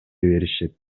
беришет